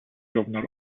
governor